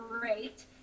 great